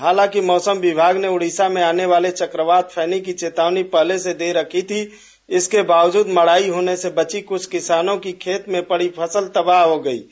हालांकि मौसम विभाग ने उड़ीसा में आने वाले चक्रवात फैनी की चेतावनी पहले से दे रखी थी इसके बावजूद मड़ाई होने से बची कुछ किसानों की खेत मे पड़ी फसल तबाह हो गई है